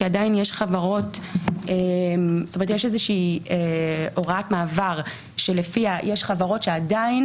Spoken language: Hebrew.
יש איזושהי הוראת מעבר שלפיה יש חברות שעדיין